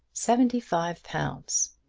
seventy-five pounds!